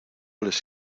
les